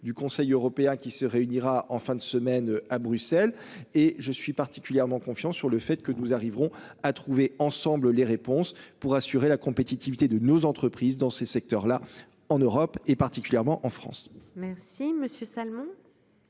du Conseil européen qui se réunira en fin de semaine à Bruxelles et je suis particulièrement confiant sur le fait que nous arriverons à trouver ensemble les réponses pour assurer la compétitivité de nos entreprises dans ces secteurs là en Europe et particulièrement en France. Merci Monsieur Salmon.